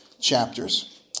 chapters